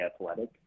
Athletic